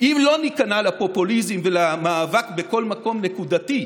אם לא ניכנע לפופוליזם ולמאבק בכל מקום נקודתי,